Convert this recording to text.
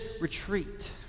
retreat